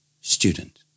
Student